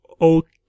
okay